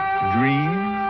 Dream